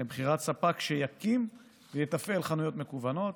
לבחירת ספק, שיקים ויתפעל חנויות מקוונות.